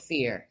Fear